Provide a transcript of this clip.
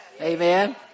Amen